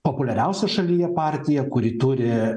populiariausia šalyje partija kuri turi